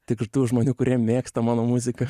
taip ir tų žmonių kurie mėgsta mano muziką